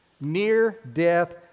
Near-death